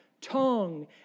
tongue